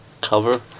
cover